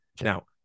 Now